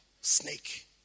Snake